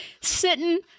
sitting